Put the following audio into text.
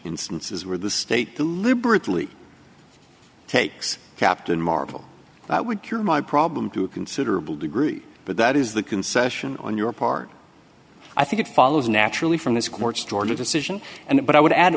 instances where the state deliberately takes captain marvel that would cure my problem to a considerable degree but that is the concession on your part i think it follows naturally from this court's georgia decision and but i would add